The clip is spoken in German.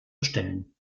bestellen